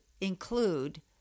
include